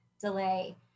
delay